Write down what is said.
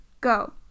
go